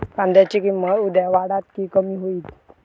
कांद्याची किंमत उद्या वाढात की कमी होईत?